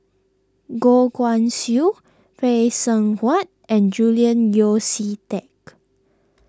Goh Guan Siew Phay Seng Whatt and Julian Yeo See Teck